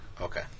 Okay